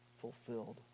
fulfilled